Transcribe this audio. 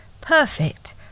perfect